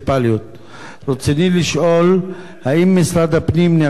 1. האם משרד הפנים נערך לדחיית מועד הבחירות לשלטון המקומי?